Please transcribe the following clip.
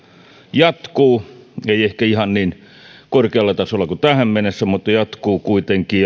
jatkuu ei ehkä ihan niin korkealla tasolla kuin tähän mennessä mutta jatkuu kuitenkin